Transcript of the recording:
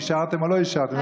שהשארתם או לא השארתם.